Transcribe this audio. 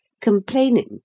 complaining